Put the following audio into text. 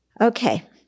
Okay